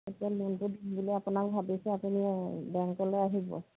এতিয়া লোনটো দিম বুলি আপোনাক ভাবিছো আপুনি বেংকলে আহিব